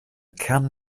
kern